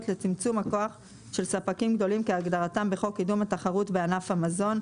לצמצום הכוח של ספקים גדולים כהגדרתם בחוק קידום התחרות בענף המזון,